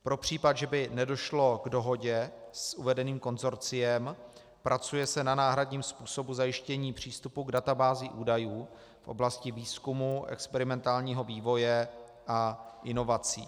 Pro případ, že by nedošlo k dohodě s uvedeným konsorciem, pracuje se na náhradním způsobu zajištění přístupu k databázi údajů v oblasti výzkumu, experimentálního vývoje a inovací.